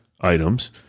items